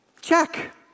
Check